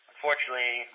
Unfortunately